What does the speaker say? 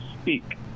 speak